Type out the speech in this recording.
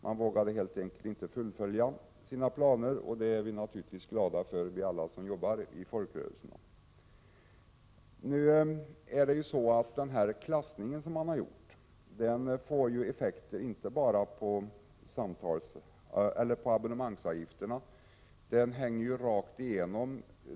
Man vågade helt enkelt inte fullfölja sina planer, och det är naturligtvis alla vi som arbetar inom folkrörelserna glada för. Den klassning som har gjorts får ju effekter inte bara på abonnemangsavgifterna. Den får effekter rakt igenom.